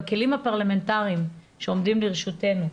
בכלים הפרלמנטריים שעומדים לרשותנו,